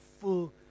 full